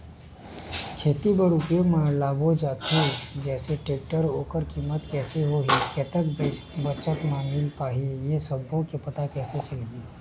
खेती बर उपयोग मा लाबो जाथे जैसे टेक्टर ओकर कीमत कैसे होही कतेक बचत मा मिल पाही ये सब्बो के पता कैसे चलही?